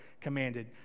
commanded